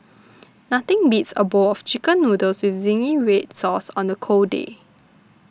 nothing beats a bowl of Chicken Noodles with Zingy Red Sauce on a cold day